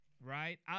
right